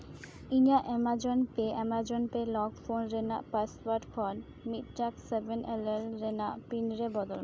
ᱤᱧᱟᱹᱜ Amazon pay Amazon pay ᱞᱚᱠᱠᱷᱱ ᱨᱮᱱᱟᱜ ᱯᱟᱥᱳᱟᱨᱰ ᱠᱷᱚᱱ ᱢᱤᱫᱴᱟᱱ ᱥᱮᱵᱷᱮᱱ ᱮᱞ ᱮᱞ ᱨᱮᱱᱟᱜ ᱯᱤᱱᱨᱮ ᱵᱚᱫᱚᱞ ᱢᱮ